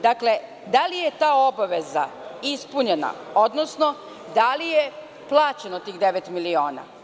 Dakle, da li je ta obaveza ispunjena, odnosno da li je plaćeno tih devet miliona?